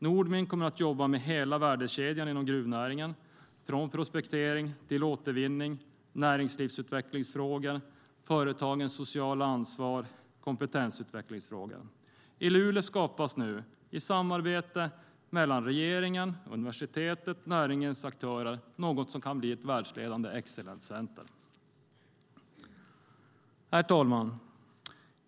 Nordmin kommer att jobba med hela värdekedjan inom gruvnäringen, från prospektering till återvinning, näringslivsutvecklingsfrågor, företagens sociala ansvar och kompetensutvecklingsfrågor. I Luleå skapas nu i samarbete mellan regeringen, universitetet, näringens aktörer något som kan bli ett världsledande Excellence Center. Herr talman!